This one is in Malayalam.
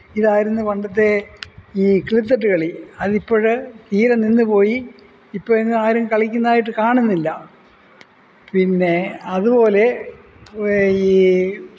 ഇതാരുയിന്നു പണ്ടത്തെ ഈ കിളിത്തട്ട് കളി അതിപ്പോൾ തീരെ നിന്നുപോയി ഇപ്പം എങ്ങും ആരും കളിക്കുന്നതായിട്ട് കാണുന്നില്ല പിന്നെ അതുപോലെ ഈ